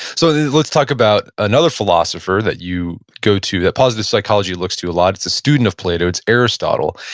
so, let's talk about another philosopher that you go to, that positive psychology looks to a lot, it's a student of plato, it's aristotle.